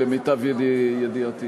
למיטב ידיעתי